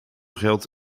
geld